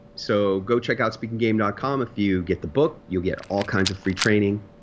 so go check out speakinggame dot com. if you get the book, you'll get all kinds of free training.